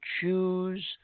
choose